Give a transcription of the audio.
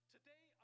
Today